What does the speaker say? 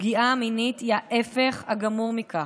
פגיעה מינית היא ההפך מכל זה,